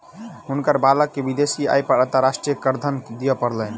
हुनकर बालक के विदेशी आय पर अंतर्राष्ट्रीय करधन दिअ पड़लैन